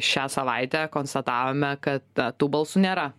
šią savaitę konstatavome kad na tų balsų nėra